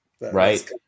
Right